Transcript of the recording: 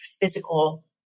physical